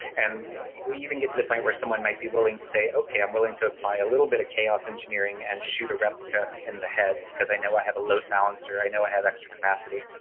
and we even get to the point where someone might be willing to say, okay. i'm willing to apply a little bit of chaos engineering and shoot a replica in the head, because i know i have a load balancer. i know i have extra capacity,